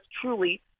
truly